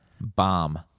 Bomb